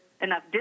enough